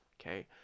okay